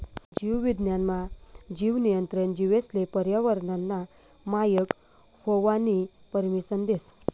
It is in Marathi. जीव विज्ञान मा, जीन नियंत्रण जीवेसले पर्यावरनना मायक व्हवानी परमिसन देस